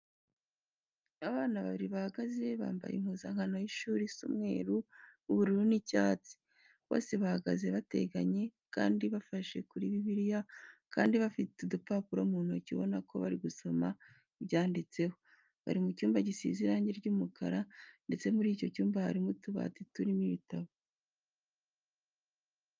Abana babiri bahagaze bambaye impuzankano y'ishuri isa umweru, ubururu n'icyatsi. Bose bahagaze bateganye kandi bafishe kuri Bibiriya kandi bafite udupapuro mu ntoki ubona ko bari gusoma ibyanditseho. Bari mu cyumba gisize irange ry'umukara ndetse muri icyo cyumba harimo utubati turimo ibitabo.